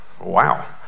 Wow